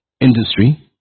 Industry